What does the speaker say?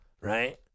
right